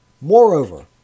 Moreover